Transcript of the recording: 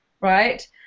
right